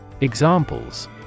Examples